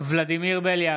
ולדימיר בליאק,